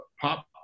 pop